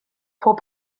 pob